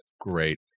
Great